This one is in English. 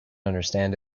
understand